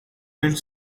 built